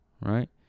right